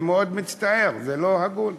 אני מאוד מצטער, זה לא הגון.